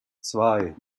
zwei